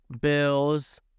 Bills